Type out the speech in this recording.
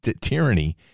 tyranny